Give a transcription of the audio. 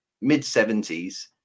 mid-70s